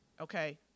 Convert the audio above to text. Okay